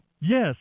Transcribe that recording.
Yes